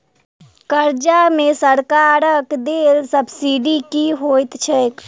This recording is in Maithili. कर्जा मे सरकारक देल सब्सिडी की होइत छैक?